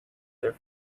their